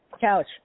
Couch